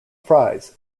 fries